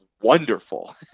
wonderful